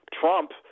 Trump